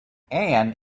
ann